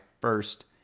first